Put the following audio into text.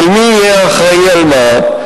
של מי יהיה האחראי למה,